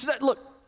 Look